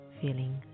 feeling